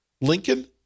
Lincoln